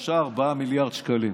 בערך 3 4 מיליארד שקלים.